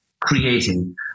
creating